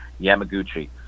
Yamaguchi